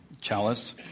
chalice